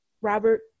Robert